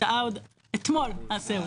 עד אתמול.